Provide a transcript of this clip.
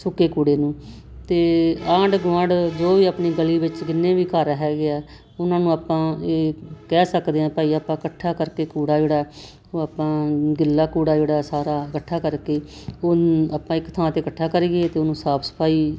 ਸੁੱਕੇ ਕੂੜੇ ਨੂੰ ਅਤੇ ਆਂਡ ਗਵਾਂਡ ਜੋ ਵੀ ਆਪਣੀ ਗਲੀ ਵਿੱਚ ਜਿੰਨੇ ਵੀ ਘਰ ਹੈਗੇ ਆ ਉਹਨਾਂ ਨੂੰ ਆਪਾਂ ਇਹ ਕਹਿ ਸਕਦੇ ਹਾਂ ਭਾਈ ਆਪਾਂ ਇਕੱਠਾ ਕਰਕੇ ਕੂੜਾ ਜਿਹੜਾ ਉਹ ਆਪਾਂ ਗਿੱਲਾ ਕੂੜਾ ਜਿਹੜਾ ਸਾਰਾ ਇਕੱਠਾ ਕਰਕੇ ਉਹਨੂੰ ਆਪਾਂ ਇੱਕ ਥਾਂ 'ਤੇ ਇਕੱਠਾ ਕਰੀਏ ਅਤੇ ਉਹਨੂੰ ਸਾਫ ਸਫਾਈ